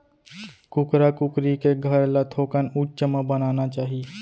कुकरा कुकरी के घर ल थोकन उच्च म बनाना चाही